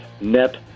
net